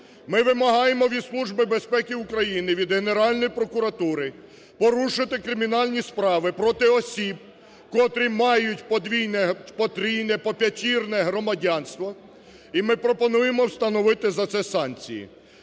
Ми вимагаємо від Служби безпеки України, від Генеральної прокуратури порушити кримінальні справи проти осіб, котрі мають подвійне, потрійне, поп'ятірне громадянство і ми пропонуємо встановити за це санкції.